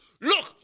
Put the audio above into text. Look